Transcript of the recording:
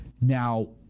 now